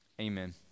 Amen